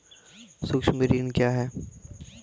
सुक्ष्म ऋण क्या हैं?